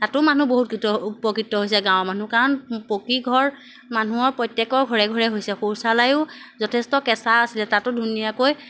তাতো মানুহ বহুত কৃত উপকৃত হৈছে গাঁৱৰ মানুহ কাৰণ পকী ঘৰ মানুহৰ প্ৰত্যেকৰ ঘৰে ঘৰে হৈছে শৌচালায়ো যথেষ্ট কেঁচা আছিলে তাতো ধুনীয়াকৈ